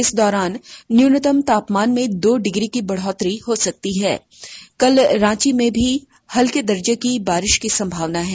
इस दौरान न्युनतम तापमान में दो डिग्री की बढ़ोत्तरी हो सकती है कल रांची में भी हल्के दर्जे की बारिश होने की संभावना है